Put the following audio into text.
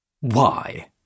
Why